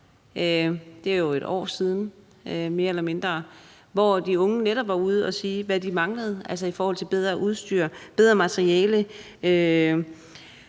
det er mere eller mindre et år siden – hvor de unge netop var ude at sige, hvad de manglede i forhold til bedre udstyr og bedre materiale.